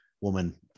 woman